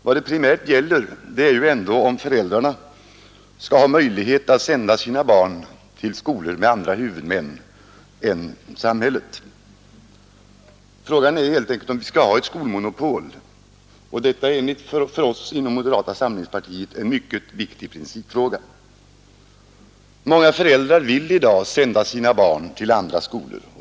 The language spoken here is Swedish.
Vad det primärt gäller är ändå om föräldrarna skall ha möjlighet att sända sina barn till skolor med andra huvudmän än samhället. Frågan är helt enkelt om vi skall ha ett skolmonopol. Detta är för oss inom moderata samlingspartiet en mycket viktig principfråga. Många föräldrar vill i dag sända sina barn till andra skolor.